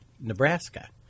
nebraska